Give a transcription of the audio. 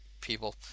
people